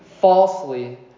falsely